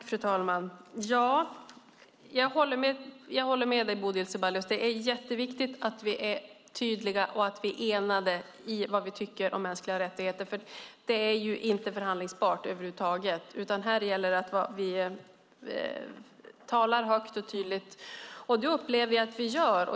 Fru talman! Jag håller med dig, Bodil Ceballos: Det är jätteviktigt att vi är tydliga och att vi är enade i vad vi tycker om mänskliga rättigheter. Det är ju inte förhandlingsbart över huvud taget. Här gäller det att vi talar högt och tydligt, och det upplever jag att vi gör.